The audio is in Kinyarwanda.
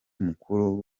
mukuru